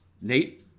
nate